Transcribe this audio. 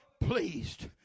pleased